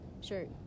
Sure